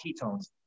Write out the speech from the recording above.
ketones